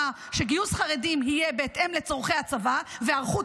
שגיוס חרדים יהיה בהתאם לצורכי הצבא והיערכות